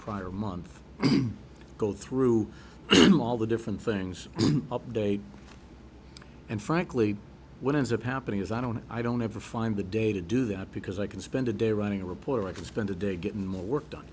prior month go through all the different things update and frankly what ends up happening is i don't i don't ever find the day to do that because i can spend a day running a reporter i can spend a day getting more work done